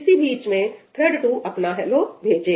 इसी बीच में थ्रेड 2 अपना H e l l o भेजे